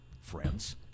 friends